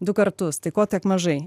du kartus tai ko tiek mažai